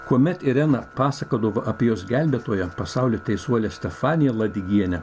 kuomet irena pasakodavo apie jos gelbėtoją pasaulio teisuolę stefaniją ladigienę